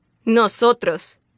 Nosotros